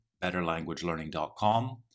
betterlanguagelearning.com